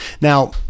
Now